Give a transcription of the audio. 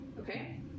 Okay